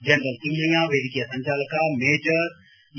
general Thimmayya ವೇದಿಕೆಯ ಸಂಚಾಲಕ major A